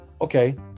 okay